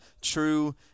true